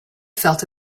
felt